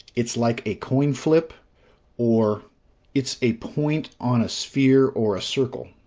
it's like a coin flip or it's a point on a sphere or a circle.